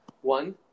one